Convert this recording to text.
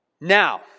Now